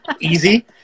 easy